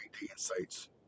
Insights